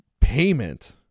payment